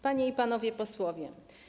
Panie i Panowie Posłowie!